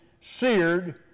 seared